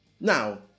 Now